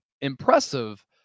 impressive